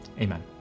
Amen